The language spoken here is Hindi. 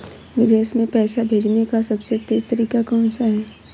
विदेश में पैसा भेजने का सबसे तेज़ तरीका कौनसा है?